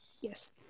Yes